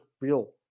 real